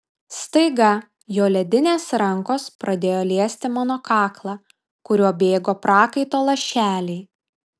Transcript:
staiga jo ledinės rankos pradėjo liesti mano kaklą kuriuo bėgo prakaito lašeliai